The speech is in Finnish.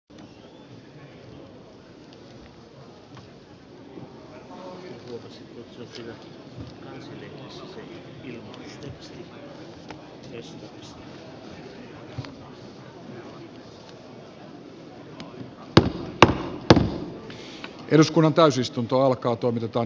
eduskunnan täysistunto alkaa toimitetaan